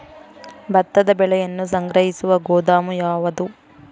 ಭತ್ತದ ಬೆಳೆಯನ್ನು ಸಂಗ್ರಹಿಸುವ ಗೋದಾಮು ಯಾವದು?